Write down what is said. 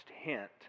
Hint